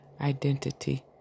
identity